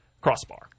crossbar